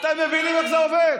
אתם מבינים איך זה עובד?